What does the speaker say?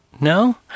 No